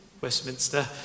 Westminster